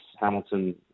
Hamilton